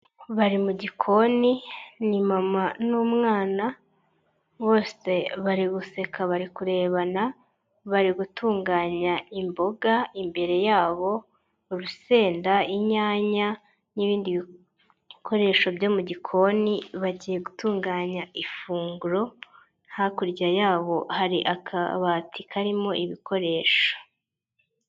Bari mu gikoni ni mama n'umwana bose bari guseka, bari kurebana, bari gutunganya imboga, imbere yabo urusenda, inyanya n'ibindi bi bikoresho byo mu gikoni bagiye gutunganya ifunguro, hakurya yabo hari akabati karimo ibikoresho.